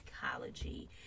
psychology